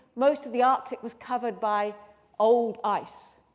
most of the arctic was covered by old ice.